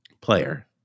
player